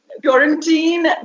quarantine